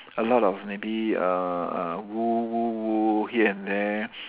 a lot of maybe uh uh !woo! !woo! !woo! here and there